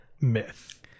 myth